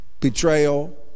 betrayal